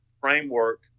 framework